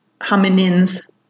hominins